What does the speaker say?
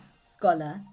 scholar